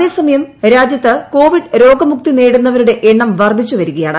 അതേ സമയം രാജ്യത്ത് കോവിഡ് രോഗ്മുക്തി നേടുന്നവരുടെ എണ്ണം വർദ്ധിച്ചു വരികയാണ്